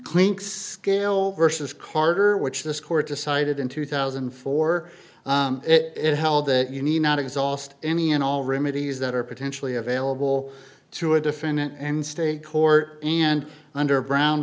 clean scale versus carter which this court decided in two thousand and four it held that you need not exhaust any and all remedios that are potentially available to a defendant in state court and under